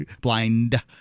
Blind